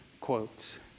quotes